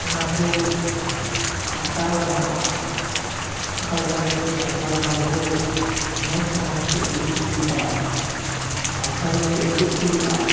ᱚᱱᱟᱠᱩ ᱟᱴᱠᱟᱣ ᱜᱟᱱᱚᱜᱼᱟ ᱚᱠᱟ ᱞᱮᱠᱟ ᱠᱟᱛᱮ ᱥᱟᱱᱛᱟᱲ ᱦᱚᱲ ᱠᱚ ᱢᱚᱡᱽ ᱰᱟᱦᱟᱨ ᱛᱮ ᱤᱫᱤ ᱠᱩ ᱦᱩᱭᱩᱜᱼᱟ ᱢᱟᱨᱥᱟᱞ ᱵᱟᱹᱛᱤ ᱩᱫᱩᱜ ᱠᱚ ᱦᱩᱭᱩᱜᱼᱟ